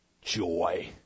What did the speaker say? joy